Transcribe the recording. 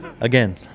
Again